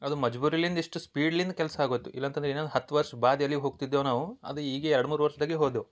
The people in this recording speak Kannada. ಅದು ಮಜ್ಬೂರಿಯಿಂದ ಇಷ್ಟು ಸ್ಪೀಡ್ಲಿಂದ ಕೆಲ್ಸ ಆಗೋಯಿತು ಇಲ್ಲಾಂತಂದ್ರೆ ಇನ್ನೊಂದು ಹತ್ತು ವರ್ಷ ಬಾದ್ ಎಲ್ಲಿಗೆ ಹೋಗ್ತಿದ್ದೇವೆ ನಾವು ಅದು ಹೀಗೆ ಎರಡು ಮೂರು ವರ್ಷದಾಗೆ ಹೋದೆವು